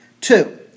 Two